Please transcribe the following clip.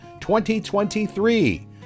2023